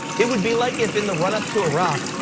it would be like if in the run up to iraq,